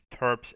Terps